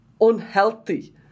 unhealthy